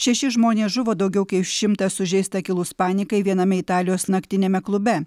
šeši žmonės žuvo daugiau kaip šimtas sužeista kilus panikai viename italijos naktiniame klube